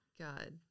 God